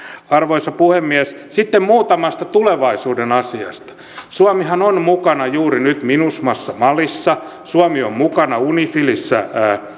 arvoisa puhemies sitten muutamasta tulevaisuuden asiasta suomihan on mukana juuri nyt minusmassa malissa suomi on mukana unifilissä